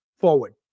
forward